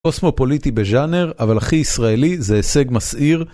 קוסמופוליטי בז'אנר, אבל הכי ישראלי זה הישג מסעיר.